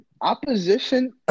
opposition